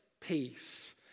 peace